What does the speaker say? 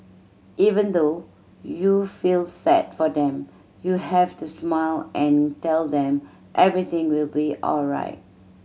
even though you feel sad for them you have to smile and tell them everything will be alright